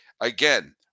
Again